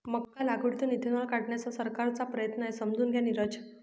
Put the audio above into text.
मका लागवडीतून इथेनॉल काढण्याचा सरकारचा प्रयत्न आहे, समजून घ्या नीरज